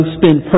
spend